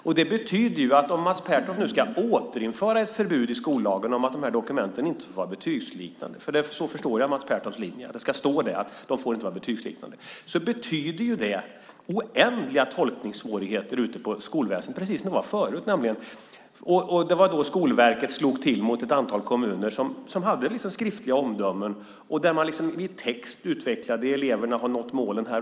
Om Mats Pertoft nu ska återinföra ett förbud i skollagen mot att dessa dokument är betygsliknande - jag förstår Mats Pertofts linje så att det ska stå att de inte får vara betygsliknande - betyder det oändliga tolkningssvårigheter ute i skolväsendet. Precis så var det förut, och då slog Skolverket till mot ett antal kommuner som hade vissa skriftliga omdömen där man i text utvecklade om eleverna hade nått målen.